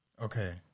Okay